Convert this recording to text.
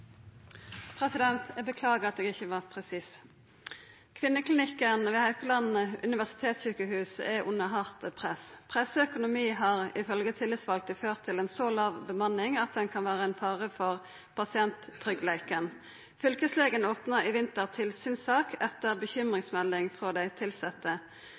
Eg beklagar at eg ikkje var presis. «Kvinneklinikken ved Haukeland universitetssjukehus er under hardt press. Pressa økonomi har ifølgje tillitsvalde ført til ein så låg bemanning at den kan vera ein fare for pasienttryggleiken. Fylkeslegen opna i vinter tilsynssak etter bekymringsmelding frå dei tilsette.